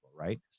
Right